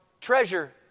treasure